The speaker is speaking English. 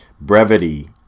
brevity